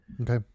Okay